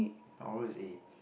my oral is A